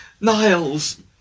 Niles